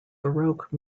baroque